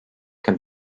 can